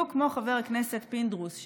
חבר הכנסת פינדרוס,